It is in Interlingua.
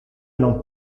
non